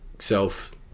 self